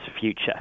future